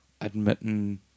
admitting